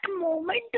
moment